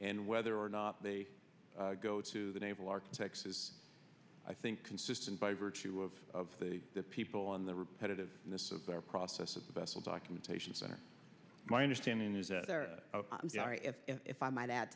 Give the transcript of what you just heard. and whether or not they go to the naval architect says i think consistent by virtue of the people on the repetitive and this is their process of the vessel documentation center my understanding is that if i might add